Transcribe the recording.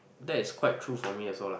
that is quite true for me also lah